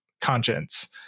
conscience